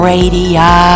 Radio